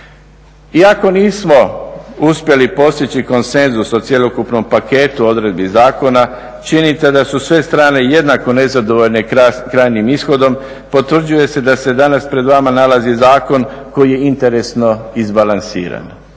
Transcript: Iako nismo uspjeli postići konsenzus o cjelokupnom paketu odredbi zakona, čini se da su sve strane jednako nezadovoljne krajnjim ishodom, potvrđuje se da se danas pred vama nalazi zakon koji je interesno izbalansiran